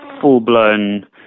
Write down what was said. full-blown